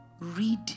Read